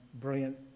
brilliant